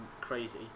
crazy